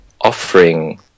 offering